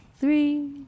three